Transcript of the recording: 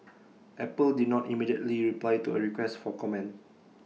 Apple did not immediately reply to A request for comment